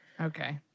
Okay